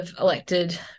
elected